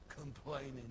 complaining